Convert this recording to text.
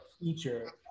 feature